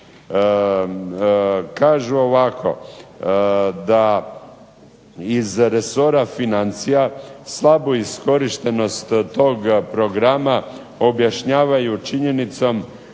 Kažu ovako, da iz resora financija slabu iskorištenost tog programa objašnjavaju činjenicom